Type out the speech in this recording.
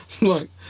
look